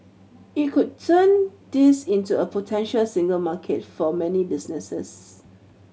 it could turn this into a potential single market for many businesses